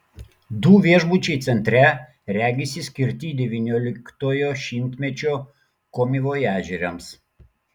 du viešbučiai centre regisi skirti devynioliktojo šimtmečio komivojažieriams